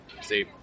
See